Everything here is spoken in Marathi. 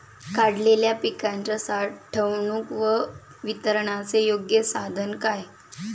काढलेल्या पिकाच्या साठवणूक व वितरणाचे योग्य साधन काय?